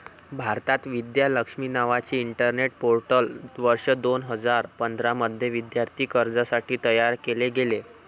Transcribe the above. भारतात, विद्या लक्ष्मी नावाचे internet portal वर्ष दोन हजार पंधरा मध्ये विद्यार्थी कर्जासाठी तयार केले गेले